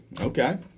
Okay